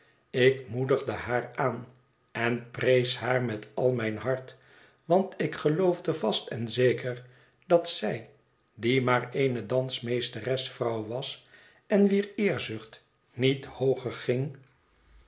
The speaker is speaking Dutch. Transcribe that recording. ik moedigde haar aan en prees haar met al mijn hart want ik geloofde vast en zeker dat zij die maar eene dansmeestersvrouw was en wier eerzucht niet hooger ging